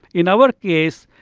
in our case,